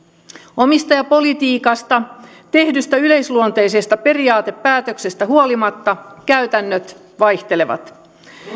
omistajapolitiikasta tehdystä yleisluonteisesta periaatepäätöksestä huolimatta käytännöt vaihtelevat